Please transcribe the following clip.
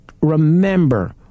remember